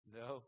no